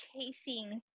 chasing